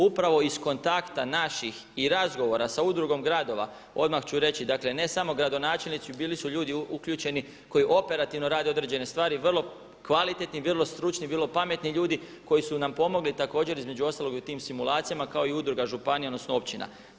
Upravo iz kontakta naših i razgovora sa Udrugom gradova, odmah ću reći, dakle ne samo gradonačelnici, bili su ljudi uključeni koji operativno rade određene stvari vrlo kvalitetni i vrlo stručni, vrlo pametni ljudi koji su nam pomogli također između ostaloga i u tim simulacijama kao i Udruga županija odnosno općina.